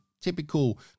typical